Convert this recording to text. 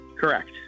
Correct